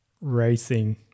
racing